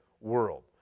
world